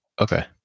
Okay